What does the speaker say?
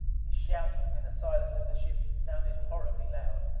his shout in the silence of the ship sounded horribly loud.